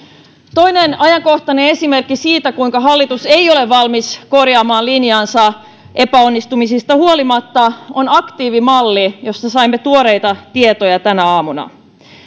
toinen ajankohtainen esimerkki siitä kuinka hallitus ei ole valmis korjaamaan linjaansa epäonnistumisista huolimatta on aktiivimalli josta saimme tuoreita tietoja tänä aamuna